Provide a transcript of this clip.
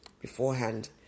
beforehand